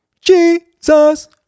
jesus